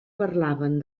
parlaven